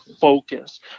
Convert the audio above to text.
focus